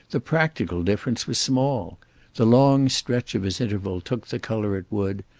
the practical difference was small the long stretch of his interval took the colour it would,